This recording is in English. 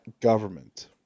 Government